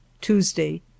Tuesday